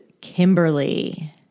Kimberly